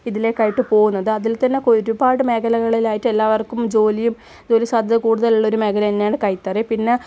ഇതിലേക്കായിട്ട് പോകുന്നത് അതിൽ തന്നെ ഒരുപാട് മേഖലകളിലായിട്ട് എല്ലാവർക്കും ജോലിയും ജോലി സാധ്യത കൂടുതലുള്ള ഒരു മേഖല തന്നെയാണ് കൈത്തറി പിന്നെ